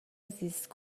زیست